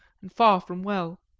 and far from well.